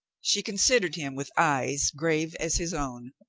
she considered him with eyes grave as his own.